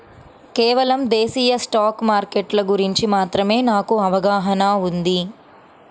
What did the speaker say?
కేవలం దేశీయ స్టాక్ మార్కెట్ల గురించి మాత్రమే నాకు అవగాహనా ఉంది